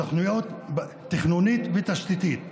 תכנונית ותשתיתית.